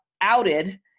outed